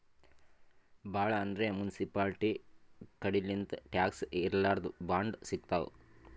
ಭಾಳ್ ಅಂದ್ರ ಮುನ್ಸಿಪಾಲ್ಟಿ ಕಡಿಲಿಂತ್ ಟ್ಯಾಕ್ಸ್ ಇರ್ಲಾರ್ದ್ ಬಾಂಡ್ ಸಿಗ್ತಾವ್